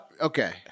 Okay